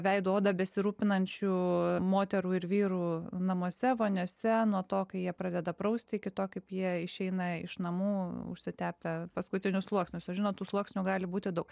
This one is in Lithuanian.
veido oda besirūpinančių moterų ir vyrų namuose voniose nuo to kai jie pradeda prausti iki to kaip jie išeina iš namų užsitepę paskutinius sluoksnius o žinot tų sluoksnių gali būti daug